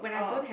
oh